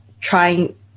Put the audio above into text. trying